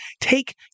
take